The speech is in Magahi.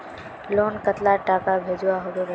लोन कतला टाका भेजुआ होबे बताउ?